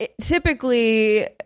typically